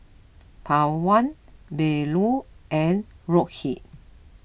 Pawan Bellur and Rohit